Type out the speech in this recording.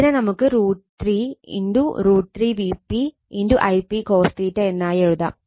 ഇതിനെ നമുക്ക് √ 3 Ip cos എന്നായി എഴുതാം